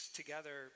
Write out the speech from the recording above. together